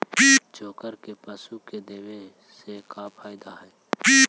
चोकर के पशु के देबौ से फायदा का है?